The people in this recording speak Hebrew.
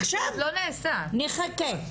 עכשיו נחכה.